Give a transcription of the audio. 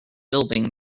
building